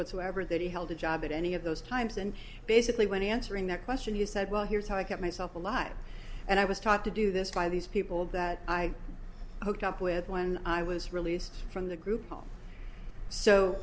whatsoever that he held a job at any of those times and basically when answering that question you said well here's how i keep myself alive and i was taught to do this by these people that i hooked up with when i was released from the group